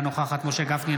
אינה נוכחת משה גפני,